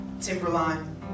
Timberline